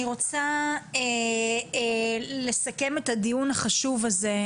אני רוצה לסכם את הדיון החשוב הזה.